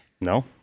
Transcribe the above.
No